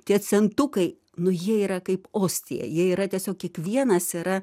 tie centukai nu jie yra kaip ostija jie yra tiesiog kiekvienas yra